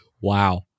Wow